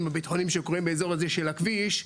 הביטחוניים שקורים באזור הזה של הכביש,